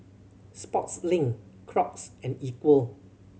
Sportslink Crocs and Equal